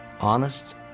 honest